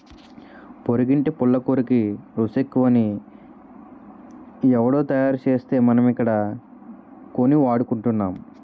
పొరిగింటి పుల్లకూరకి రుసెక్కువని ఎవుడో తయారుసేస్తే మనమిక్కడ కొని వాడుకుంటున్నాం